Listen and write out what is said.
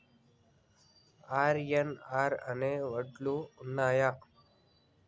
RNR అనే వడ్లు ఉన్నయా?